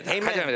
Amen